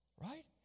right